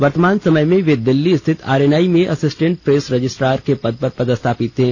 वर्तमान समय में दिल्ली स्थित आरएनआई में अस्सिटेंट प्रेस रजिस्ट्रार के पद पर पदस्थापित थे